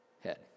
head